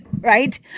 right